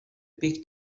big